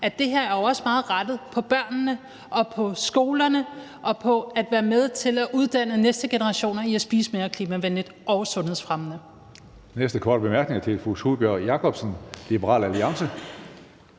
at det her jo også i høj grad er rettet mod børnene og skolerne og mod det at være med til at uddanne næste generationer til at spise mere klimavenligt og sundhedsfremmende.